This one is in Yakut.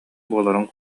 буоларын